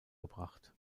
gebracht